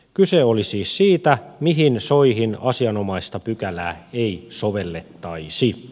kyse oli siis siitä mihin soihin asianomaista pykälää ei sovellettaisi